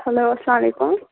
hello اسلامُ علیکُم